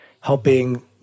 helping